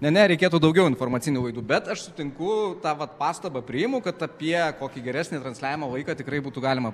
ne ne reikėtų daugiau informacinių laidų bet aš sutinku tą vat pastabą priimu kad apie kokį geresnį transliavimo laiką tikrai būtų galima